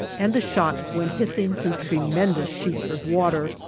and the shot went hissing through tremendous sheets of water,